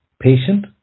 patient